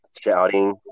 shouting